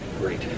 Great